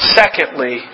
secondly